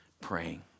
praying